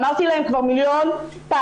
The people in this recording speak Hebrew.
אמרתי להם כבר מיליון פעם,